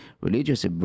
religious